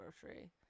grocery